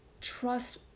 Trust